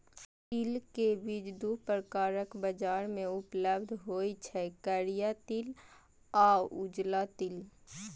तिल के बीज दू प्रकारक बाजार मे उपलब्ध होइ छै, करिया तिल आ उजरा तिल